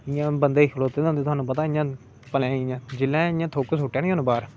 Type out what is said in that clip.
इयां बंदे खलोते दे होंदे थुआनू पता इयां भलेआै हि इयां जिसले इयां थुक्क सुट्टेआ नी ओने बाहर